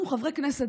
אנחנו חברי כנסת.